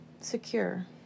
secure